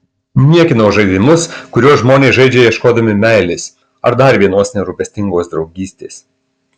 niekinau žaidimus kuriuos žmonės žaidžia ieškodami meilės ar dar vienos nerūpestingos draugystės